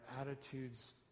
attitudes